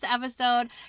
episode